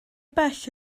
bell